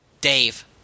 Dave